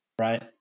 right